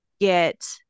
get